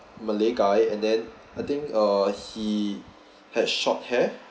malay guy and then I think uh he had short hair